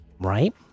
right